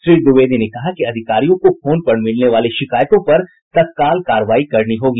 श्री द्विवेदी ने कहा कि अधिकारियों को फोन पर मिलने वाली शिकायतों पर तत्काल कार्रवाई करनी होगी